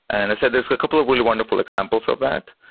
and i say there's a couple of really wonderful examples of that,